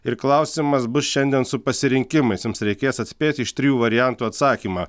ir klausimas bus šiandien su pasirinkimais jums reikės atspėti iš trijų variantų atsakymą